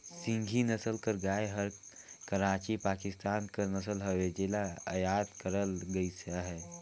सिंघी नसल कर गाय हर कराची, पाकिस्तान कर नसल हवे जेला अयात करल गइस अहे